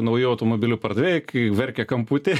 naujų automobilių pardavėjai kai verkia kamputy